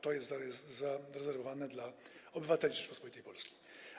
To jest zarezerwowane dla obywateli Rzeczypospolitej Polskiej.